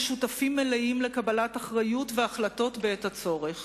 שותפים מלאים לקבלת אחריות והחלטות בעת הצורך.